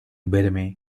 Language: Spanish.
verme